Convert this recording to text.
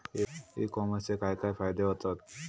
E कॉमर्सचे काय काय फायदे होतत?